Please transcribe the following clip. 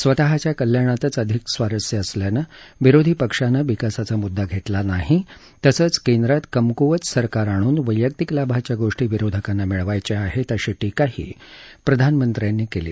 स्वतःच्या कल्याणातच अधिक स्वारस्य असल्यानं विरोधी पक्षानं विकासाचा मुद्दा घेतला नाही तसंच केंद्रात कमकुवत सरकार आणून वैयक्तीक लाभाच्या गोष्टी विरोधकांना मिळवायच्या आहेत अशी टीकाही प्रधानमंत्र्यांनी केली